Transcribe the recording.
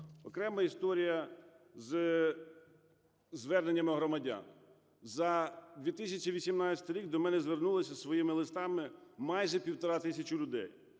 Окрема історія зі зверненнями громадян. За 2018 рік до мене звернулися зі своїми листами майже 1,5 тисячі людей,